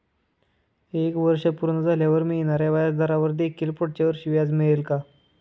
एक वर्ष पूर्ण झाल्यावर मिळणाऱ्या व्याजावर देखील पुढच्या वर्षी व्याज मिळेल का?